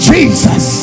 Jesus